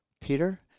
Peter